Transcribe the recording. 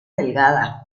delgada